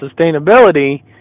sustainability